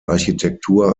architektur